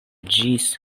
ĝis